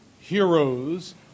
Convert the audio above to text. heroes